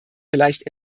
vielleicht